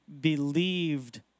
believed